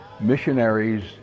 missionaries